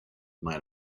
might